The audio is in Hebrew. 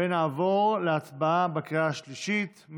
נעבור להצבעה בקריאה השלישית.